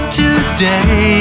today